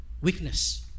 Weakness